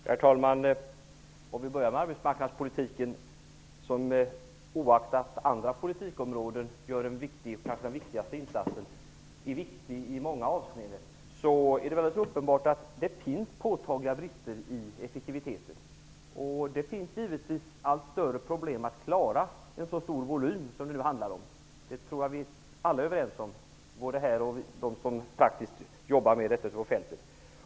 Herr talman! Jag skall börja med arbetsmarknadspolitiken, där man oaktat andra politikområden gör kanske den viktigaste insatsen i många avseenden. Men det är alldeles uppenbart att det finns påtagliga brister i effektiviteten. Det finns givetvis allt större problem att klara en så stor volym som det nu handlar om. Det tror jag att vi alla är överens om, både vi här och de som jobbar ute på fältet.